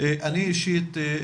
אני אישית,